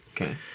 Okay